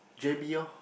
j_b lor